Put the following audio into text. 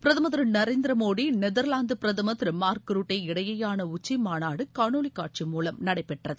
பிரதமர் திரு நரேந்திர மோடி நெதர்லாந்து பிரதமர் திரு மார்க் ருட்டே இடையேயான உச்சிமாநாடு காணொலி காட்சி மூலம் நடைபெற்றது